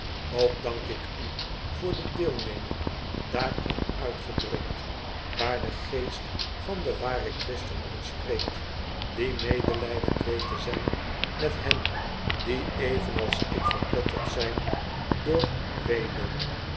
ook dank ik u voor de deelneming daarin uitgedrukt waar de geest van den waren christen uit spreekt die medelijdend weet te zijn met hen die evenals ik verpletterd zijn door weedom